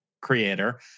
creator